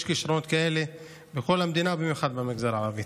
יש כישרונות כאלה בכל המדינה, במיוחד במגזר הערבי.